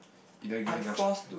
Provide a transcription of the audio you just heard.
you never give enough chance right